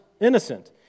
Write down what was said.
innocent